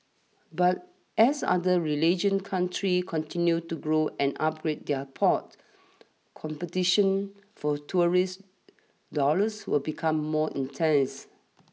but as other religion countries continue to grow and upgrade their ports competition for tourist dollars will become more intense